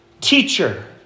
Teacher